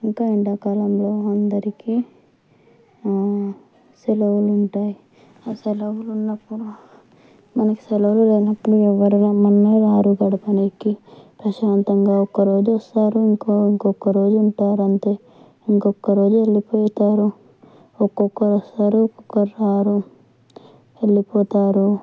ఇంకా ఎండాకాలంలో అందరికీ సెలవులు ఉంటాయి ఆ సెలవులు ఉన్నప్పుడు మనకు సెలవులు లేనప్పుడు ఎవరు రమ్మన్నా రారు గడపటానికి ప్రశాంతంగా ఒక్కరోజు వస్తారు ఇంకొ ఇంక్కొక్క రోజు ఉంటారు అంతే ఇంక్కొక్క రోజు వెళ్ళిపోతారు ఒక్కక్కరు వస్తారు ఒక్కక్కరు రారు వెళ్ళిపోతారు